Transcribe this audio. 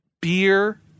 beer